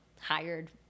hired